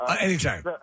anytime